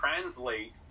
translate